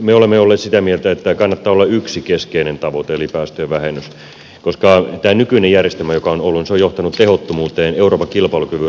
me olemme olleet sitä mieltä että kannattaa olla yksi keskeinen tavoite eli päästöjen vähennys koska tämä nykyinen järjestelmä joka on ollut on johtanut tehottomuuteen euroopan kilpailukyvyn rapautumiseen